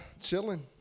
Chilling